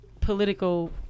political